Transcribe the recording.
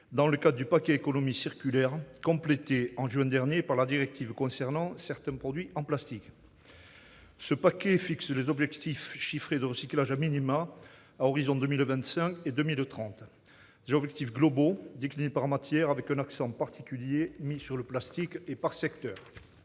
dans le cadre du paquet Économie circulaire, complété, au mois de juin dernier, par la directive concernant certains produits en plastique. Ce paquet fixe des objectifs chiffrés de recyclage, aux horizons 2025 et 2030. Il s'agit d'objectifs globaux, déclinés par matières- avec un accent particulier sur le plastique -et par secteurs.